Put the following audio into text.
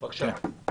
בבקשה.